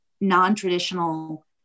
non-traditional